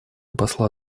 посла